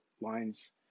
lines